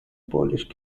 polish